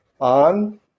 on